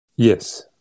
Yes